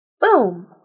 boom